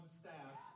staff